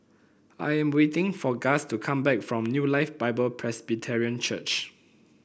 I am waiting for Gus to come back from New Life Bible Presbyterian Church